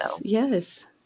yes